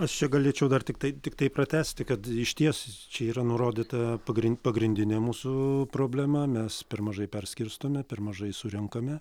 aš čia galėčiau dar tiktai tiktai pratęsti kad išties čia yra nurodyta pagri pagrindinė mūsų problema mes per mažai perskirstome per mažai surenkame